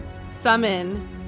summon